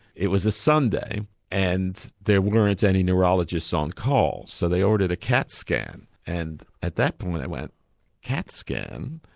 it was a sunday and there weren't any neurologists on call, so they ordered a cat scan and at that point i went cat scan?